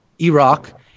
Iraq